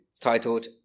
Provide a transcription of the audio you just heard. titled